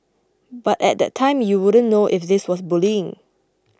but at that time you wouldn't know if this was bullying